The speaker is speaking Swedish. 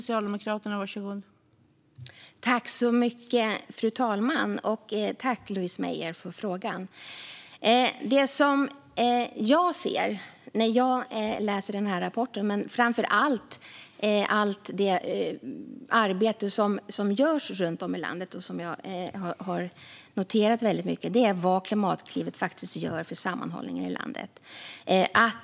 Fru talman! Tack, Louise Meijer, för frågan! Det jag ser när jag läser denna rapport - och det gäller framför allt det arbete som görs runt om i landet, som jag har noterat - är vad Klimatklivet faktiskt gör för sammanhållningen i landet.